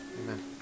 Amen